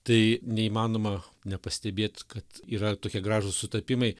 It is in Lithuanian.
tai neįmanoma nepastebėt kad yra tokie gražūs sutapimai